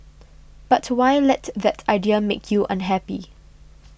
but why let that idea make you unhappy